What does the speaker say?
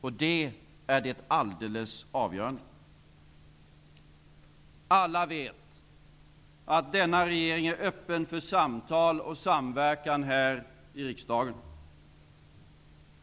Det är det alldeles avgörande. Alla vet att denna regering är öppen för samtal och samverkan här i riksdagen.